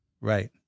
Right